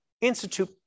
institute